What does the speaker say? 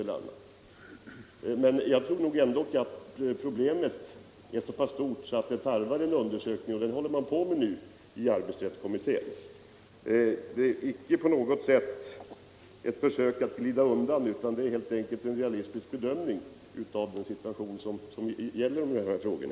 Problemet är nog ändå så stort att det tarvar en undersökning, och en sådan pågår inom arbetsrättskommittén. Det är icke på något sätt ett försök att glida undan, utan det är helt enkelt en realistisk bedömning av situationen i denna fråga.